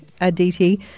Aditi